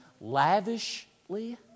lavishly